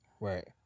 Right